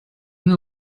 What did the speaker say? who